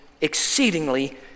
exceedingly